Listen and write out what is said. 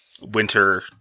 Winter